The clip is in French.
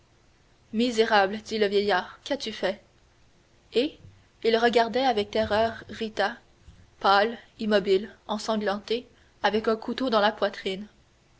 misérable dit le vieillard qu'as-tu fait et il regardait avec terreur rita pâle immobile ensanglantée avec un couteau dans la poitrine